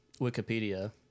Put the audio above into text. Wikipedia